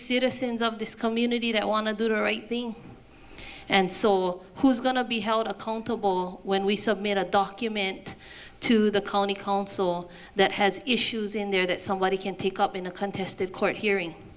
citizens of this community that want to do the right thing and saw who is going to be held accountable when we submit a document to the county council that has issues in there that somebody can pick up in a contested court hearing